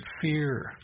fear